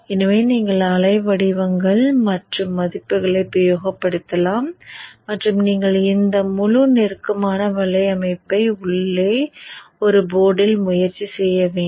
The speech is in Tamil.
எனவே நீங்கள் அலை வடிவங்கள் மற்றும் மதிப்புகளை உபயோகப்படுத்தலாம் மற்றும் நீங்கள் இந்த முழு நெருக்கமான வளைய அமைப்பை உள்ளே ஒரு போர்ட்டில் முயற்சி செய்ய வேண்டும்